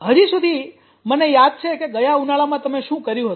હજી સુધી મને યાદ છે કે ગયા ઉનાળામાં તમે શું કર્યું હતું